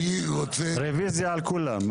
רביזיה על כולם.